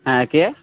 হ্যাঁ কে